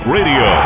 Radio